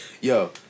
yo